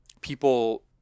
people